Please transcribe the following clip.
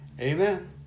Amen